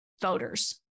voters